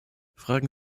fragen